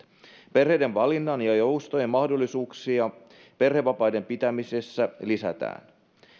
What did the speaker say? perheiden valinnan ja joustojen mahdollisuuksia perhevapaiden pitämisessä lisätään